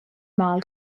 mal